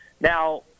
now